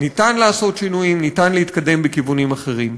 אפשר לעשות שינויים, אפשר להתקדם בכיוונים אחרים.